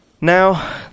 Now